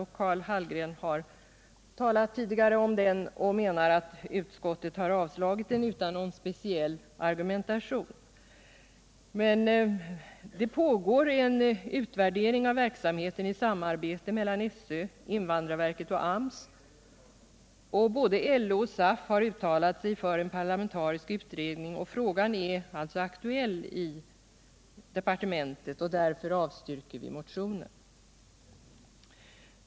Karl Hallgren har tidigare här talat om den, och han menar att utskottet har avstyrkt den utan någon speciell argumentation. Men det pågår en utvärdering av verksamheten i samarbete mellan SÖ, invandrarverket och AMS, och både LO och SAF har uttalat sig för en parlamentarisk utredning. Frågan är alltså aktuell i departementet. Därför avstyrker vi motionen.